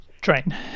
Train